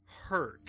hurt